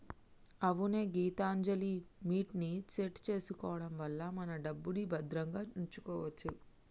అవునే గీతాంజలిమిట్ ని సెట్ చేసుకోవడం వల్ల మన డబ్బుని భద్రంగా ఉంచుకోవచ్చు